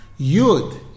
YUD